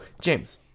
James